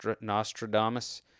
Nostradamus